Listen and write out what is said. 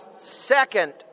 Second